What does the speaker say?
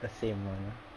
the same one ah